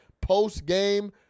post-game